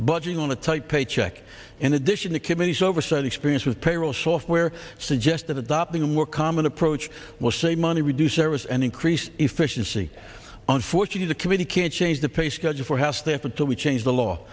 budging on a tight paycheck in addition to committees oversight experience with payroll software suggested adopting work common approach will save money reduce service and increase efficiency unfortunately the committee can change the pay schedule for house the effort that we change the law